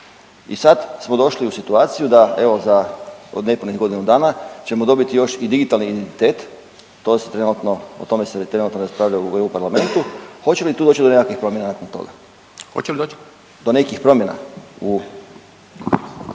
I sad smo došli u situaciju da, evo za od nepunih godinu dana, ćemo dobiti još i digitalni identitet, to se trenutno, o tome se trenutno raspravlja u EU parlamentu, hoće li tu doći do nekakvih promjena nakon toga? …/Upadica Martinović: Hoće li doć?/… Do nekih promjena u